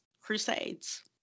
crusades